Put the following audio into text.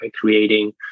creating